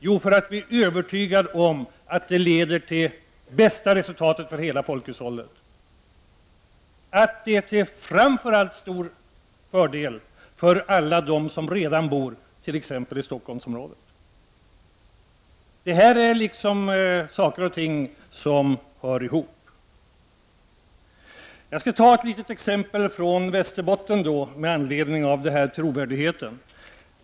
Jo, därför att vi är övertygade om att det leder till bästa resultatet för hela folkhushållet och att det framför allt är till stor fördel för alla dem som redan bor t.ex. i Stockholmsområdet. Dessa saker hör ihop. Jag skall ta ett litet exempel från Västerbotten — med anledning av vad Lars Ulander sade om trovärdigheten.